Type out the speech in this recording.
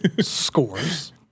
scores